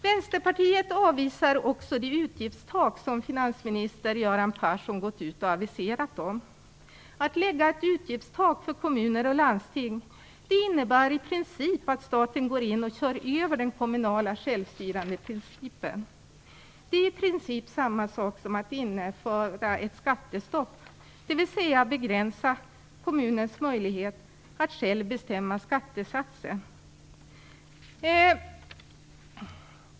Vänsterpartiet avvisar också det utgiftstak som finansminister Göran Persson aviserat. Att lägga ett utgiftstak för kommuner och landsting innebär i princip att staten går in och kör över den kommunala självstyrandeprincipen. Det är i princip samma sak som att införa ett skattestopp, dvs. begränsa kommunens möjlighet att själv bestämma skattesatsen.